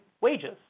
wages